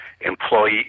employee